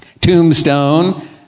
Tombstone